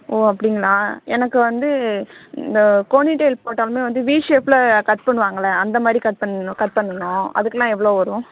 ஓ அப்படிங்களா எனக்கு வந்து இந்த போனி டைல் போட்டோம்ன்னால் வந்து வீ ஷேப்பில் கட் பண்ணுவாங்கள்லே அந்தமாதிரி கட் பண்ணணும் கட் பண்ணணும் அதுக்கெலாம் எவ்வளோ வரும்